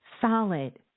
Solid